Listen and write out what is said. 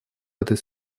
этой